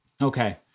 Okay